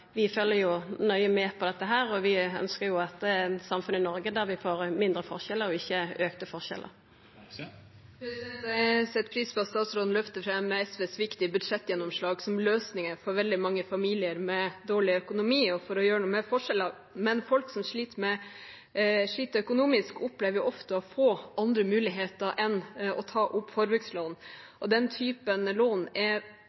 vi følgjer nøye med på dette her. Vi ønskjer eit samfunn i Noreg der vi får mindre, ikkje auka forskjellar. Jeg setter pris på at statsråden løfter fram SVs viktige budsjettgjennomslag som løsningen for veldig mange familier med dårlig økonomi og for å gjøre noe med forskjellene, men folk som sliter økonomisk, opplever ofte få andre muligheter enn å ta opp forbrukslån. Den typen lån er